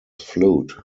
flute